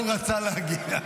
לזה הוא רצה להגיע.